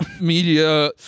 media